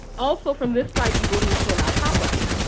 also, from this site you will need to allow pop-ups.